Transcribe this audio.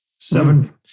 seven